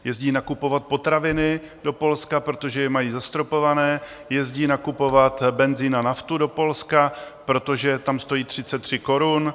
Jezdí nakupovat potraviny do Polska, protože je mají zastropované, jezdí nakupovat benzin a naftu do Polska, protože tam stojí 33 korun.